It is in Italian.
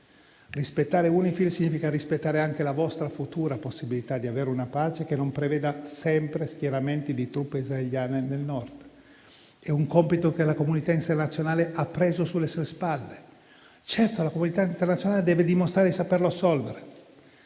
rispettare UNIFIL significa rispettare anche la vostra futura possibilità di avere una pace che non preveda sempre schieramenti di truppe israeliane nel Nord. È un compito che la comunità internazionale ha assunto sulle sue spalle e, certamente, la comunità internazionale deve dimostrare di sapere assolvere.